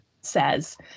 says